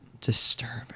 Disturbing